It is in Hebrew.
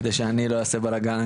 כדי שאני לא אעשה בלגן,